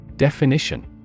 Definition